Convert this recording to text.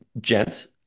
gents